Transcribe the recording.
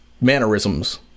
mannerisms